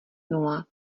nula